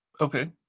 Okay